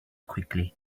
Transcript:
quickly